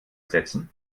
setzen